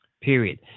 period